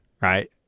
right